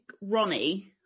Ronnie